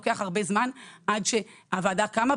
לוקח הרבה זמן עד שהוועדה קמה,